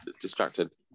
distracted